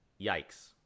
yikes